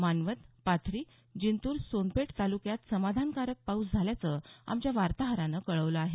मानवत पाथरी जिंतूर सोनपेठ तालुक्यात समाधानकारक पाऊस झाल्याचं आमच्या वार्ताहरानं कळवलं आहे